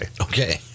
Okay